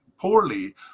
poorly